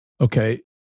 Okay